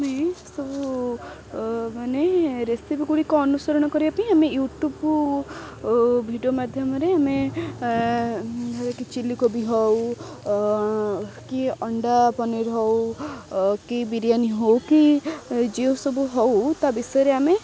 ଆମେ ସବୁ ମାନେ ରେସିପି ଗୁଡ଼ିକ ଅନୁସରଣ କରିବା ପାଇଁ ଆମେ ୟୁଟ୍ୟୁବ୍ ଭିଡ଼ିଓ ମାଧ୍ୟମରେ ଆମେ ଚିଲ୍ଲିକୋବି ହଉ କି ଅଣ୍ଡା ପନିର୍ ହଉ କି ବିରିୟାନୀ ହଉ କି ଯେଉଁ ସବୁ ହଉ ତା ବିଷୟରେ ଆମେ